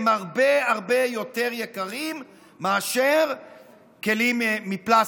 הם הרבה הרבה יותר יקרים מאשר כלים מפלסטיק.